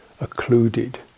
occluded